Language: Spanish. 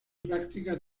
práctica